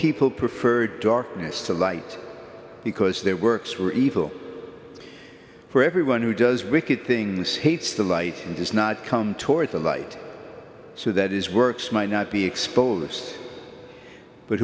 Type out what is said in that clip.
people prefer darkness to light because their works were evil for everyone who does wicked things hates the light and does not come towards the light so that is works might not be exposed but